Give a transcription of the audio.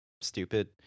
stupid